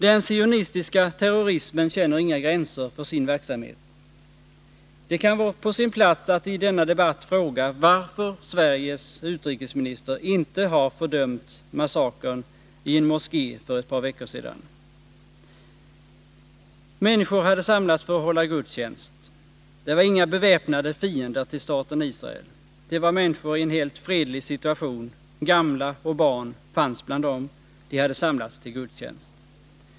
Den sionistiska terrorismen känner inga gränser för sin verksamhet. Det kan vara på sin plats att i denna debatt fråga varför Sveriges utrikesminister inte har fördömt massakern i en moské för ett par veckor sedan. Människor hade samlats för att hålla gudstjänst. Det var inga beväpnade fiender till staten Israel. Det var människor i en helt fredlig situation, gamla och barn fanns bland dem, de hade samlats till gudstjänst.